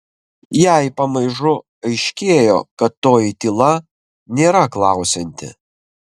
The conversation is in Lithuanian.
jai pamažu aiškėjo kad toji tyla nėra klausianti